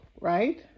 right